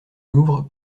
louvre